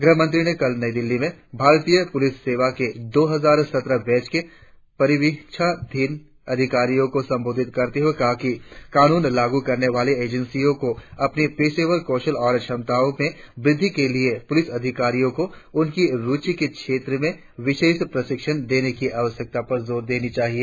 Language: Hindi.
गृहमंत्री ने कल नई दिल्ली में भारतीय पुलिस सेवा के दो हजार सत्रह बैच के परिवीक्षाधीन अधिकारियों को संबोधित करते हुए कहा कि कानून लागू करने वाली एजेंसियों को अपनी पेशेवर कौशल और क्षमताओं में वृद्धि के लिए पुलिस अधिकारियों को उनकी रुचि के क्षेत्र में विशेष प्रशिक्षण देने की आवश्यकता पर जोर देना चाहिए